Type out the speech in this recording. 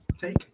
take